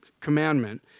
commandment